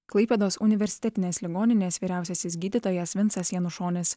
klaipėdos universitetinės ligoninės vyriausiasis gydytojas vincas janušonis